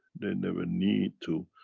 they never need to,